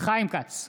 חיים כץ,